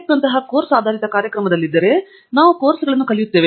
tech ನಂತಹ course ಆಧಾರಿತ ಕಾರ್ಯಕ್ರಮದಲ್ಲಿದ್ದರೆ ನಾವು ಕೋರ್ಸ್ಗಳನ್ನು ಕಲಿಯುತ್ತೇವೆ